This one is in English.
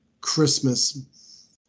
Christmas